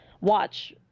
watch